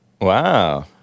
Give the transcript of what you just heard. wow